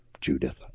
judith